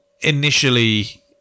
initially